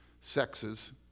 sexes